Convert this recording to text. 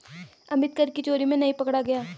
अमित कर की चोरी में नहीं पकड़ा गया